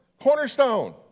Cornerstone